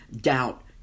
doubt